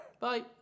Bye